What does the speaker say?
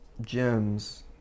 Gems